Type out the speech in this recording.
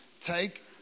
take